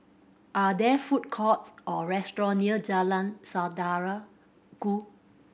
are there food courts or restaurant near Jalan Saudara Ku